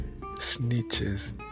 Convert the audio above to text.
snitches